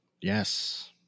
yes